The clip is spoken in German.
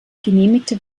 genehmigte